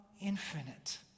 infinite